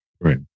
Right